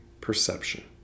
perception